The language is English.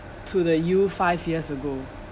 to the you five years ago